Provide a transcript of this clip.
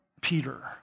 Peter